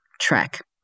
track